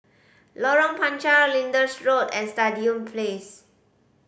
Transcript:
Lorong Panchar Lyndhurst Road and Stadium Place